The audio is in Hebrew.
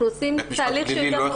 אנחנו עושים תהליך שהוא יותר מורכב.